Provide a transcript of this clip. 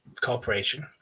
corporation